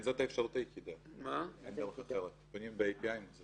לפי תעודה מזהה או העתק מאושר שלה,